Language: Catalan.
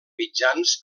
mitjans